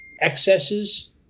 excesses